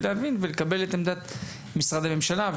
להבין ולקבל את עמדת משרדי הממשלה,